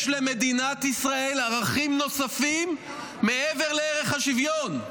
יש למדינת ישראל ערכים נוספים מעבר לערך השוויון.